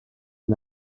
and